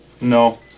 No